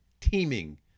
teeming